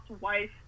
wife